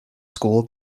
school